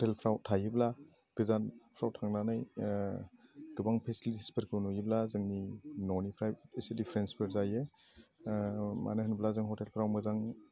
हटेलफ्राव थायोब्ला गोजानफ्राव थांनानै गोबां फेसिलिटिसफोरखौ नुयोब्ला जोंनि न'निफ्राय एसे डिफारेन्सबो जायो मानोहोनोब्ला जों हटेलफ्राव मोजां